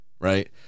Right